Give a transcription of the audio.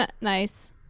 Nice